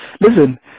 Listen